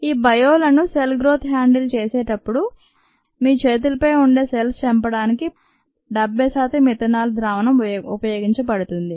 ఈ బయోలను cell growth handle చేసేటప్పుడు మీ చేతులపై ఉండే సెల్స్ చంపడానికి 70 శాతం ఇథనాల్ ద్రావణం ఉపయోగించబడుతుంది